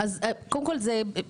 אמריקה הלטינית שלושים ושניים.